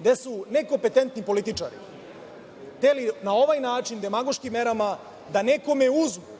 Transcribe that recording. gde su nekompetentni političari hteli na ovaj način, demagoški merama, da nekome uzmu